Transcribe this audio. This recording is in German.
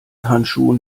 handschuhen